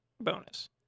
bonus